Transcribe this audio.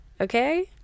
okay